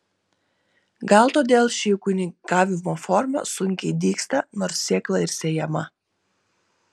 gal todėl ši ūkininkavimo forma sunkiai dygsta nors sėkla ir sėjama